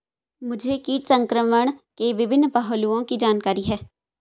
मुझे कीट संक्रमण के विभिन्न पहलुओं की जानकारी है